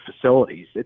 facilities